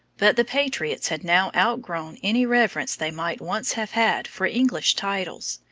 but the patriots had now outgrown any reverence they might once have had for english titles,